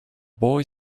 boy